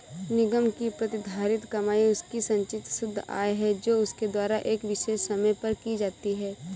निगम की प्रतिधारित कमाई उसकी संचित शुद्ध आय है जो उसके द्वारा एक विशेष समय पर की जाती है